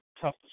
tough